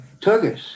tuggers